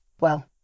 well